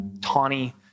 tawny